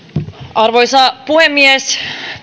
arvoisa puhemies